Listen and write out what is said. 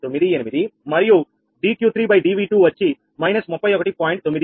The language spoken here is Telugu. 98 మరియు dQ3 dV2 వచ్చి−31